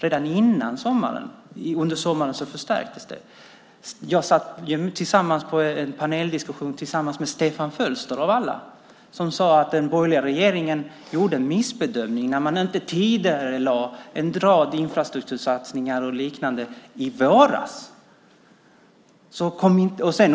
Det hände alltså redan före sommaren, och sedan förstärktes det under sommaren. Jag deltog tillsammans med Stefan Fölster i en paneldiskussion där han sade att den borgerliga regeringen gjorde en missbedömning när den inte tidigarelade en rad infrastruktursatsningar och liknande i våras.